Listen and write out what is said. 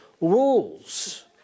rules